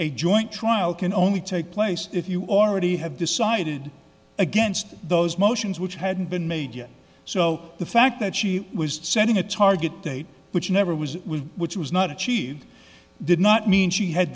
a joint trial can only take place if you already have decided against those motions which hadn't been made yet so the fact that she was setting a target date which never was which was not achieved did not mean she had